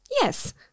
Yes